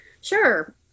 sure